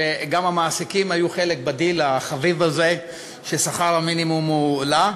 שגם המעסיקים היו חלק בדיל החביב הזה ששכר המינימום הועלה,